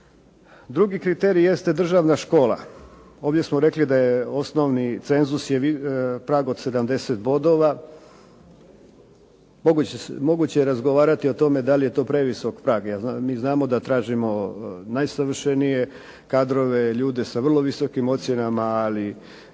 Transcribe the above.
Drugi kriterij jeste državna škola. Ovdje smo rekli da je osnovni cenzus je prag od 70 bodova. Moguće je razgovarati o tome da li je to previsok prag. Mi znamo da tražimo najsavršenije kadrove, ljude sa vrlo visokim ocjenama. Ali